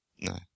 No